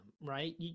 right